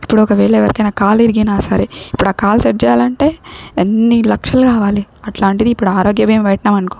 ఇప్పుడు ఒకవేళ ఎవరికైనా కాలు అరిగినా సరే ఇప్పుడా కాల్ సెట్ చేయాలంటే ఎన్ని లక్షలు కావాలి అట్లాంటిది ఇప్పుడు ఆరోగ్య బీమా పెట్టినామనుకో